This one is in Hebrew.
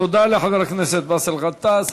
תודה לחבר הכנסת באסל גטאס.